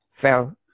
fell